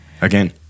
again